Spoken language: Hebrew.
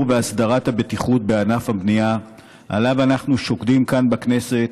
והסדרת הבטיחות בענף הבנייה שעליו אנחנו שוקדים כאן בכנסת,